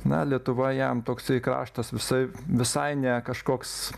na lietuva jam toksai kraštas visai visai ne kažkoks